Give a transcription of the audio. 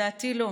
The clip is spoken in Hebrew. לדעתי לא,